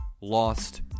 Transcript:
lost